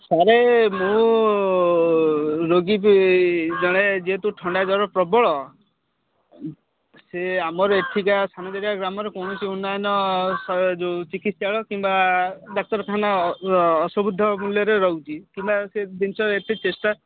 ସାର ମୁଁ ରୋଗୀ ଜଣେ ଯେହେତୁ ଥଣ୍ଡା ଜର ପ୍ରବଳ ସିଏ ଆମର ଏଠିକା ଗ୍ରାମରେ କୌଣସି ଉନୟନ ଯେଉଁ ଚିକିତ୍ସାଳୟ କିମ୍ବା ଡାକ୍ତରଖାନା ମୂଲ୍ୟରେ ରହୁଛି କିମ୍ବା ସେ ଜିନିଷ ଏଠି ଚେଷ୍ଟା